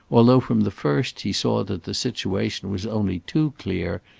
although from the first he saw that the situation was only too clear,